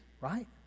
right